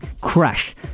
crash